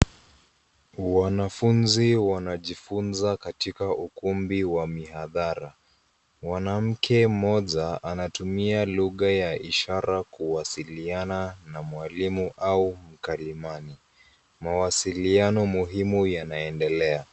Wanafunzi wanajifunza katika ukumbi wa maabara. Mwanamke mmoja natumia lugha ya ishara kuwasiliana na mwalimu au mkalimani. Mawasiliano muhimu yanaendelea.